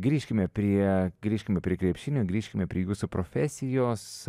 grįžkime prie grįžkime prie krepšinio grįžkime prie jūsų profesijos